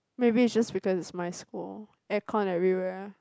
maybe it's just because it's my school aircon everywhere